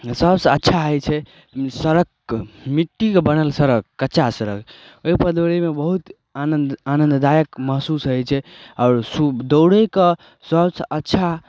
सबसे अच्छा होइ छै सड़कके मिट्टीके बनल सड़क कच्चा सड़क ओहि पर दौड़यमे बहुत आनन्द आनंन्ददायक महसूस होय छै आओर सुब दौड़यके सबसे अच्छा समय